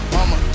Mama